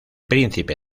príncipe